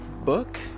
Book